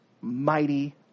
mighty